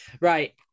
Right